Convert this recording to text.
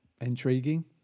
intriguing